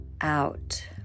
out